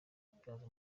kubyaza